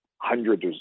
hundreds